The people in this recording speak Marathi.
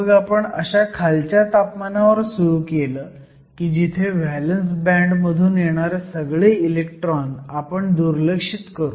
मग आपण अशा खालच्या तापमानावर सुरू केलं की जिथं व्हॅलंस बँड मधून येणारे सगळे इलेक्ट्रॉन आपण दुर्लक्षित करू